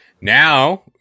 Now